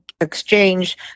exchange